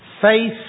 Faith